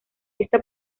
esta